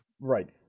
Right